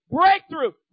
breakthrough